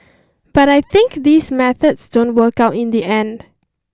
but I think these methods don't work out in the end